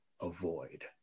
avoid